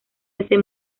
ese